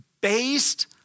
based